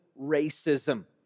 racism